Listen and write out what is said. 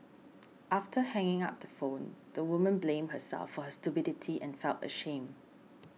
after hanging up the phone the woman blamed herself for her stupidity and felt ashamed